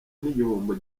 n’igihombo